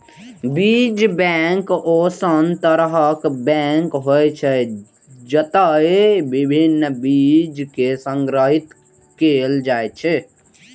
बीज बैंक ओहन तरहक बैंक होइ छै, जतय विभिन्न बीज कें संग्रहीत कैल जाइ छै